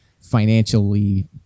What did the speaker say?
financially